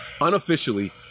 unofficially